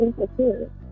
insecure